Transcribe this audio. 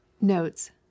Notes